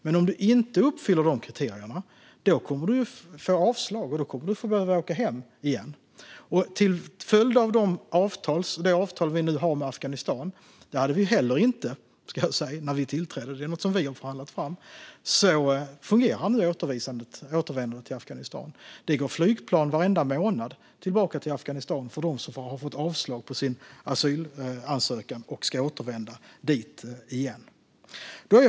Men om du inte uppfyller dessa kriterier kommer du att få avslag och måste åka tillbaka hem. Till följd av det avtal som vi nu har med Afghanistan, något som vi heller inte hade när vi tillträdde utan har förhandlat fram, fungerar nu återvändandet dit. Det går flygplan varje månad tillbaka till Afghanistan för dem som har fått avslag på sin asylansökan och ska återvända dit igen.